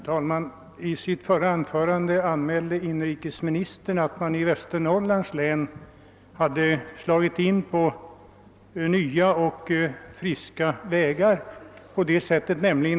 Herr talman! I sitt förra anförande nämnde inrikesministern att man i Västernorrlands län hade slagit in på nya friska vägar.